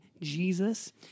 Jesus